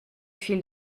fil